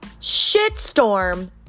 shitstorm